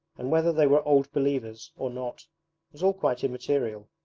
and whether they were old believers or not was all quite immaterial.